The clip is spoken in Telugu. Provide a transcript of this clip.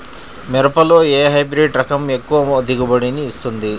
మిరపలో ఏ హైబ్రిడ్ రకం ఎక్కువ దిగుబడిని ఇస్తుంది?